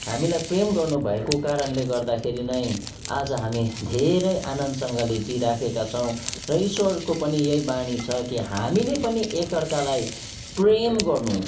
हामीलाई प्रेम गर्नु भएको कारणले गर्दाखेरि नै आज हामी धेरै आनन्दसँगले जी राखेका छौँ र ईश्वरको पनि यही वाणी छ कि हामीले पनि एक अर्कालाई प्रेम गर्नु